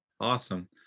Awesome